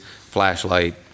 flashlight